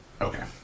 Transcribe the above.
Okay